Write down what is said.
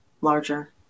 larger